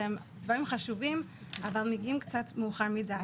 שהם דברים חשובים אבל מגיעים קצת מאוחר מדי.